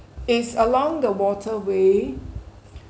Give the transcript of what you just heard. is along the waterway